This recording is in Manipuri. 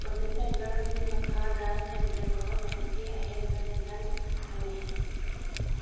ꯄ꯭ꯔꯣꯖꯦꯛ ꯇꯥꯏꯒꯔꯒꯤ ꯃꯈꯥꯗ ꯁꯦꯟꯇ꯭ꯔꯦꯜ ꯒꯣꯚꯔꯃꯦꯟꯀꯤ ꯑꯍꯦꯟꯕ ꯁꯦꯟꯊꯪ ꯐꯪꯉꯤ